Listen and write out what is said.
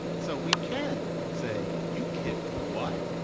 so we can say you kicked what?